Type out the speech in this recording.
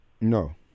No